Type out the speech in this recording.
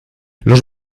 los